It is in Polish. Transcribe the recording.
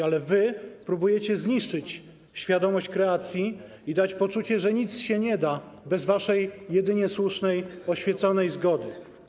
Ale wy próbujecie zniszczyć świadomość kreacji i dać poczucie, że nic się nie da bez waszej jedynie słusznej oświeconej zgody.